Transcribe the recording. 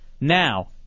Now